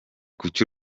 kuki